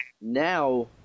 now